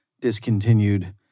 discontinued